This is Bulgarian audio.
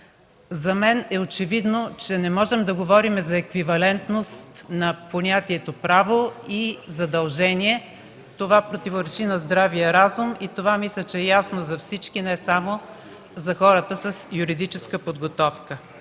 За мен е очевидно, че не можем да говорим за еквивалентност на понятието „право” и „задължение” – това противоречи на здравия разум и мисля, че е ясно за всички, не само за хората с юридическа подготовка.